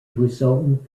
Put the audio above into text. resultant